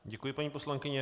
Děkuji, paní poslankyně.